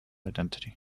identity